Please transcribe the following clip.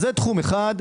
זה תחום אחד.